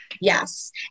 Yes